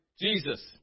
Jesus